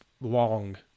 long